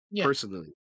Personally